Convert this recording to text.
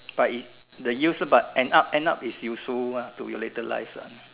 but is the use but end up end up is useful mah to your later life lah